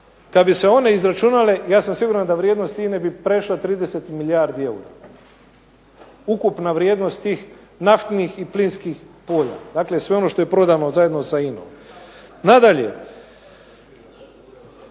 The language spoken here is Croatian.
kada bi se one prodale ja sam siguran da bi vrijednost INA-e bi prešla 30 milijardi eura. Ukupna vrijednost tih naftnih i plinskih polja. Dakle, sve ono što je prodano zajedno sa INA-om. Nadalje,